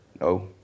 No